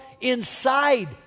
inside